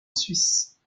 suisse